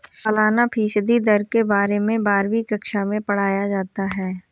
सालाना फ़ीसदी दर के बारे में बारहवीं कक्षा मैं पढ़ाया जाता है